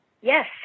Yes